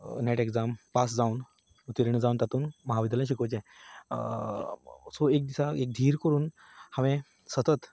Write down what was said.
net एग्जामांत pass जावन उतीर्ण जावन महाविद्यालयांत शिकोवचें सो एक दिसा एक धीर करून हांवें सतत